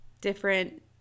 different